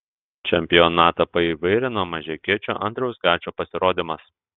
čempionatą paįvairino mažeikiečio andriaus gečo pasirodymas